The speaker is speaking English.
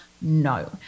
No